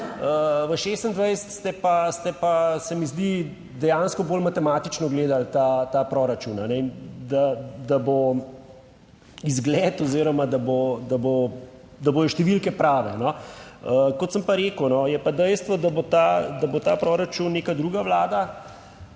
pa, ste pa, se mi zdi dejansko bolj matematično gledali ta proračun, da bo izgled oziroma da bodo številke prave. Kot sem pa rekel, je pa dejstvo, da bo ta, da bo ta proračun neka druga vlada